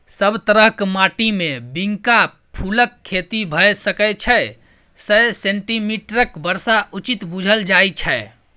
सब तरहक माटिमे बिंका फुलक खेती भए सकै छै सय सेंटीमीटरक बर्षा उचित बुझल जाइ छै